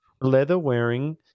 Leather-wearing